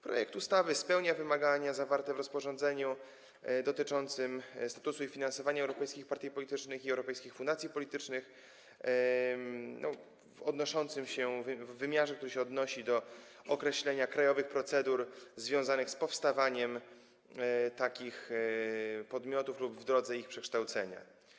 Projekt ustawy spełnia wymagania zawarte w rozporządzeniu dotyczącym statusu i finansowania europejskich partii politycznych i europejskich fundacji politycznych w wymiarze, który się odnosi do określenia krajowych procedur związanych z powstawaniem takich podmiotów w drodze ich przekształcenia.